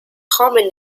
common